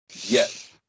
Yes